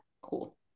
Cool